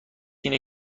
اینه